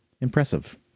impressive